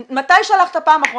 האחרון שעשינו ב-2016 דובר